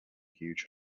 huge